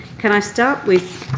can i start with